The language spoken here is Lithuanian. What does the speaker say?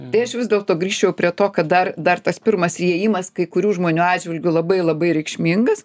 tai aš vis dėlto grįžčiau prie to kad dar dar tas pirmas įėjimas kai kurių žmonių atžvilgiu labai labai reikšmingas